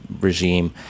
regime